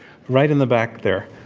right in the back there.